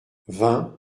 vingt